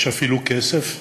יש אפילו כסף,